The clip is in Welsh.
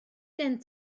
gen